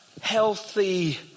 healthy